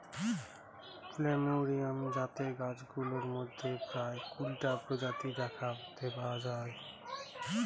plumeria জাতের গাছগুলোর মধ্যে প্রায় কুড়িটা প্রজাতি দেখতে পাওয়া যায়